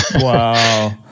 Wow